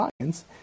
science